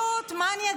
זה ללא עלות.